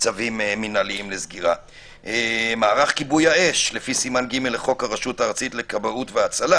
צווי סגירה לפי סימן ג' לחוק הרשות הארצית לכבאות והצלה.